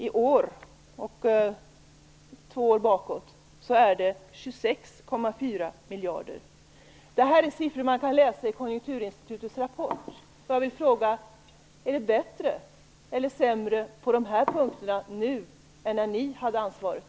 I år och två år bakåt är de 26,4 miljarder. Det är siffror som man kan läsa i konjunkturinstitutets rapport. Jag vill fråga Elver Jonsson: Är det bättre eller sämre på de här punkterna nu än när ni hade ansvaret?